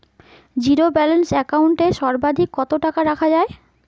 Zero balance account এ সর্বাধিক কত টাকা রাখা য়ায়?